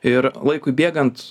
ir laikui bėgant